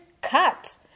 cut